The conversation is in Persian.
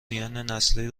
میاننسلی